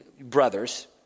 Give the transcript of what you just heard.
brothers